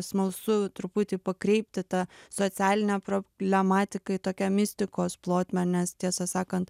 smalsu truputį pakreipti tą socialinę problematiką į tokią mistikos plotmę nes tiesą sakant